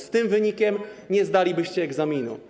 Z tym wynikiem nie zdalibyście egzaminu.